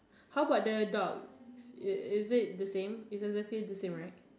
how about the duck is it the same is exactly the same right